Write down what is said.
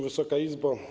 Wysoka Izbo!